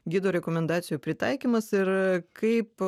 gido rekomendacijų pritaikymas ir kaip